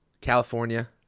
california